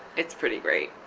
it's pretty great.